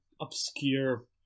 obscure